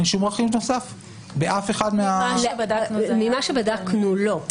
אין שום רכיב נוסף באף אחד מה --- ממה שבדקנו לא.